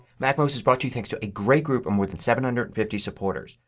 macmost is brought to you thanks to a great group of more than seven hundred and fifty supporters.